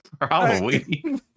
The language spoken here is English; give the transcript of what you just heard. Halloween